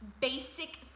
basic